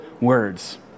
words